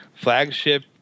flagship